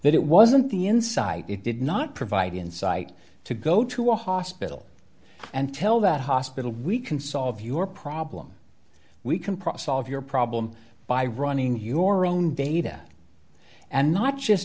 that it wasn't the insight it did not provide insight to go to a hospital and tell that hospital we can solve your problem we can process all of your problem by running your own data and not just